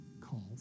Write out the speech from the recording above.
calls